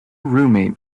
roommate